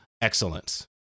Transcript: excellence